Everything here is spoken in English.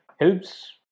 helps